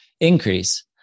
increase